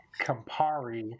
campari